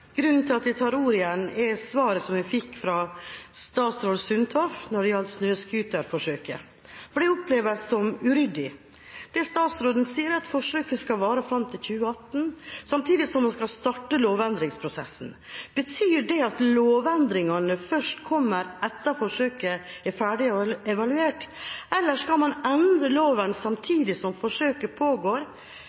Grunnen til at jeg tar ordet igjen, er svaret som jeg fikk fra statsråd Sundtoft når det gjaldt snøscooterforsøket, for det oppleves som uryddig. Det statsråden sier, er at forsøket skal vare fram til 2018, samtidig som hun skal starte lovendringsprosessen. Betyr det at lovendringene først kommer etter forsøket er ferdig evaluert, eller skal man endre loven samtidig som forsøket pågår